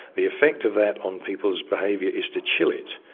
the effect of that on people's behaviour is to chill it.